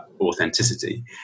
authenticity